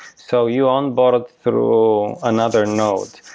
so you onboard through another node,